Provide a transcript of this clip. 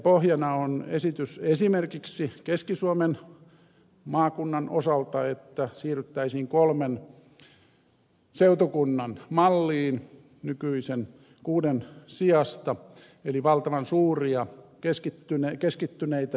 pohjana on esimerkiksi keski suomen maakunnan osalta esitys että siirryttäisiin kolmen seutukunnan malliin nykyisen kuuden sijasta eli valtavan suuria keskittyneitä seutukuntia